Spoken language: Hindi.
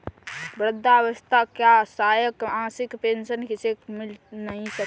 वृद्धावस्था या असहाय मासिक पेंशन किसे नहीं मिलती है?